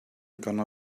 gonna